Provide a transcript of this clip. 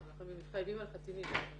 כן, אנחנו מתחייבים על חצי מיליון.